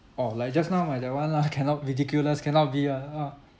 oh like just now like that one lah cannot ridiculous cannot be [one] ah